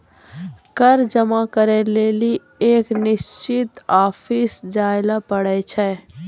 कर जमा करै लेली एक निश्चित ऑफिस जाय ल पड़ै छै